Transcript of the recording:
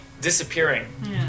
disappearing